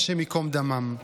השם ייקום דמם.